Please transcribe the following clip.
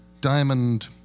diamond